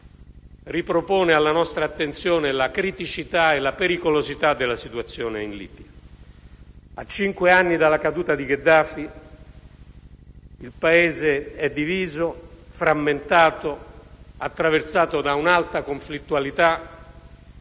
ripropongono alla nostra attenzione la criticità e la pericolosità della situazione in Libia. A cinque anni dalla caduta di Gheddafi, il Paese è diviso, frammentato, attraversato da un'alta conflittualità